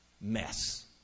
mess